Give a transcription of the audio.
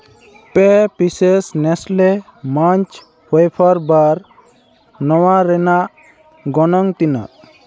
ᱯᱮ pieces Nestle Munch wafer bar ᱱᱚᱣᱟ ᱨᱮᱱᱟᱜ ᱜᱚᱱᱚᱝ ᱛᱤᱱᱟᱹᱜ